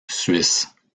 suisses